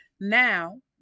now